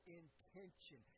intention